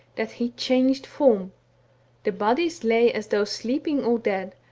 that he changed form the bodies lay as though sleeping or dead,